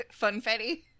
funfetti